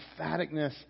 emphaticness